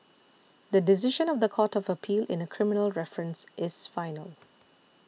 the decision of the Court of Appeal in a criminal reference is final